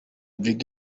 brig